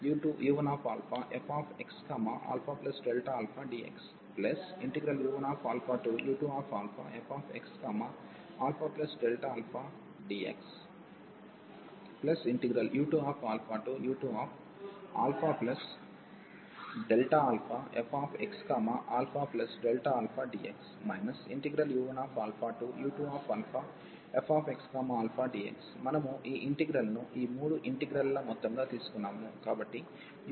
u1αu1fxαdxu1u2fxαΔαdxu2u2αΔαfxαΔαdx u1u2fxαdx మనము ఈ ఇంటిగ్రల్ను ఈ మూడు ఇంటిగ్రల్ ల మొత్తంగా తీసుకున్నాము